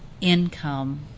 income